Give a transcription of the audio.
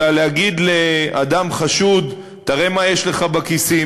אלא להגיד לאדם חשוד: תראה מה יש לך בכיסים,